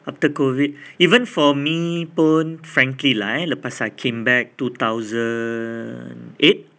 after COVID even for me pun frankly lah eh lepas I came back two thousand eight